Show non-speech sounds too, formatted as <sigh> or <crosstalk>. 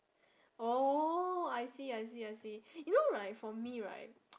oh I see I see I see you know right for me right <noise>